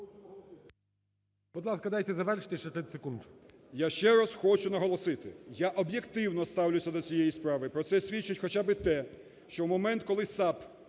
Я ще раз хочу наголосити, я об'єктивно ставлюся до цієї справи, про це свідчить хоча би те, що в момент, коли САП